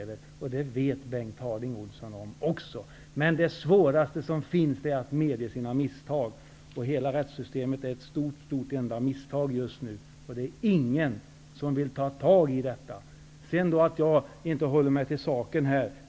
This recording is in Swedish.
är sant. Det vet Bengt Harding Olson. Men det svåraste som finns är att medge sina misstag. Hela det svenska rättssystemet är ett enda stort misstag just nu, och ingen vill ta tag i detta. Det sades att jag inte håller mig till saken.